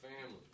family